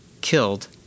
killed